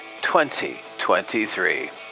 2023